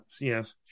yes